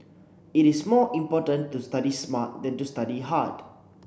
it is more important to study smart than to study hard